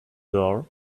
door